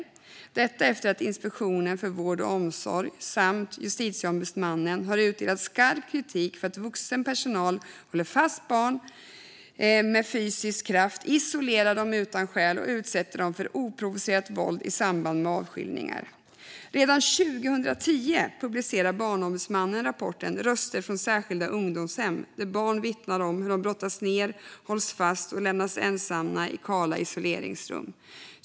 Detta efter att Inspektionen för vård och omsorg samt Justitieombudsmannen har utdelat skarp kritik för att vuxen personal håller fast barn med fysisk kraft, isolerar dem utan skäl och utsätter dem för oprovocerat våld i samband med avskiljningar. Redan 2010 publicerar Barnombudsmannen rapporten I.m sorry - Röster från särskilda ungdomshem där barn vittnar om hur de brottas ner, hålls fast och lämnas ensamma i kala isoleringsrum.